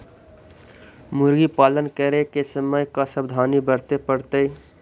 मुर्गी पालन करे के समय का सावधानी वर्तें पड़तई?